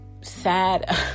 sad